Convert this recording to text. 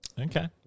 Okay